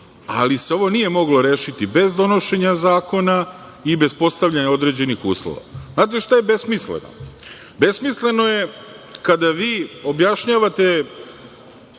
ali se ovo nije moglo rešiti bez donošenja zakona i bez postavljanja određenih uslova. Znate šta je besmisleno? Besmisleno je kada vi objašnjavate